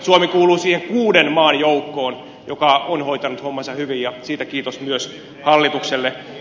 suomi kuuluu siihen kuuden maan joukkoon joka on hoitanut hommansa hyvin ja siitä kiitos myös hallitukselle